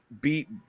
beat